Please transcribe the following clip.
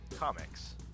Comics